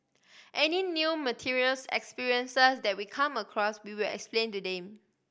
any new materials experiences that we come across we will explain to them